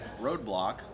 roadblock